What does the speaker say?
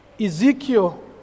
Ezekiel